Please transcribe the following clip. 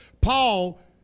Paul